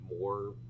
more